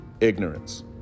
ignorance